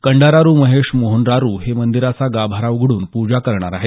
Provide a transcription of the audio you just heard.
कंडारारू महेश मोहनरारू हे मंदिराचा गाभारा उघडून पूजा करणार आहे